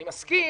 אני מסכים